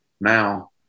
now